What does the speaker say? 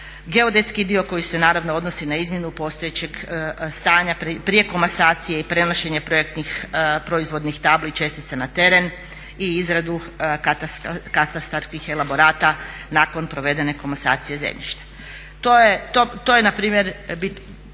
geodetski dio koji se naravno odnosi na izmjenu postojećeg stanja prije komasacije i prenošenje projektnih proizvodnih tabli i čestice na teren i izradu katastarskih elaborata nakon provedene komasacije zemljišta. To je na primjer, dakle